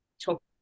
talk